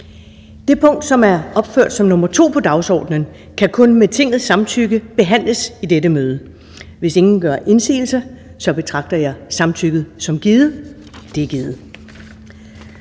Det punkt, som er opført som nr. 2 på dagsordenen, kan kun med Tingets samtykke behandles i dette møde. Hvis ingen gør indsigelse, betragter jeg samtykket som givet. Det er givet.